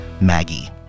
Maggie